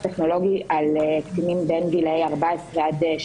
טכנולוגי על קטינים בין גילאי 18-14,